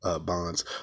bonds